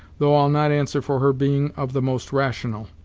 though i'll not answer for her being of the most rational.